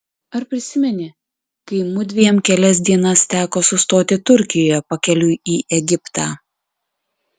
ar prisimeni kai mudviem kelias dienas teko sustoti turkijoje pakeliui į egiptą